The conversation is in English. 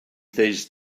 these